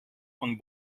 von